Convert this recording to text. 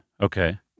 Okay